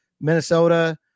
Minnesota